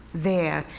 there.